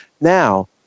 Now